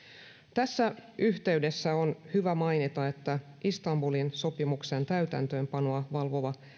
tässä yhteydessä on hyvä mainita että istanbulin sopimuksen täytäntöönpanoa valvova